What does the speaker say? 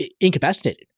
incapacitated